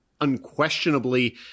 unquestionably